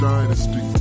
Dynasty